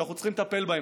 ואנחנו צריכים לטפל בהם,